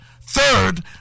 third